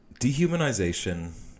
Dehumanization